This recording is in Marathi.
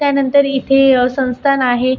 त्यानंतर इथे संस्थान आहे